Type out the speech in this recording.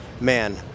man